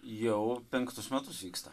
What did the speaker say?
jau penktus metus vyksta